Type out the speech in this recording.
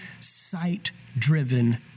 sight-driven